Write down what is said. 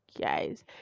guys